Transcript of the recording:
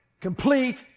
complete